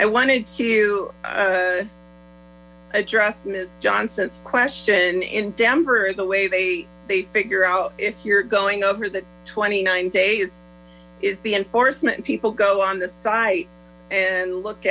i wanted to address miss johnson's question in denver the way they they figure out if you're going over the twenty nine days is the enforcement people go on the site and look